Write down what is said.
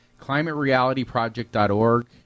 climaterealityproject.org